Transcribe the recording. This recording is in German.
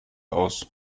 aus